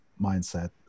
mindset